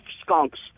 skunks